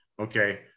okay